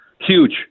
Huge